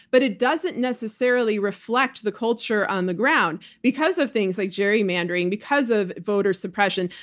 but it doesn't necessarily reflect the culture on the ground because of things like gerrymandering, because of voter suppression.